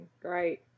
Great